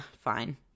fine